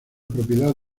propiedad